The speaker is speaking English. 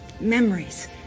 memories